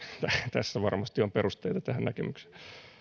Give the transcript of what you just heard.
tässä varmasti on perusteita tähän näkemykseen